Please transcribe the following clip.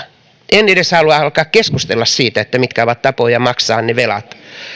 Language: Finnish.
en edes halua alkaa keskustella siitä mitkä ovat tapoja maksaa ne velat